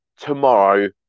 tomorrow